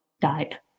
died